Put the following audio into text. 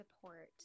support